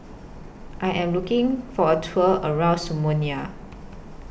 I Am looking For A Tour around Somalia